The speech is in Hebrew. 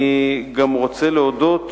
אני גם רוצה להודות